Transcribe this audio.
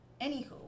Anywho